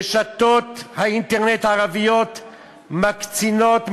רשתות האינטרנט הערביות מקצינות,